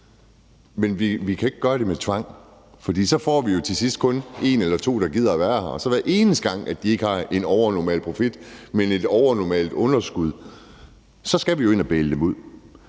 Men vi kan ikke gøre det med tvang, for så får vi jo til sidst kun en eller to, der gider at være her. Og så hver eneste gang de ikke har en overnormal profit, men et overnormalt underskud, så skal vi jo ind og baile dem ud.